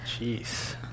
Jeez